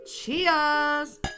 Cheers